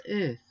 earth